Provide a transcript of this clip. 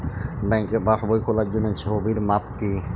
ব্যাঙ্কে পাসবই খোলার জন্য ছবির মাপ কী?